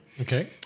Okay